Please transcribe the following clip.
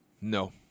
No